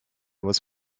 was